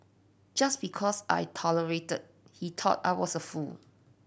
just because I tolerated he thought I was a fool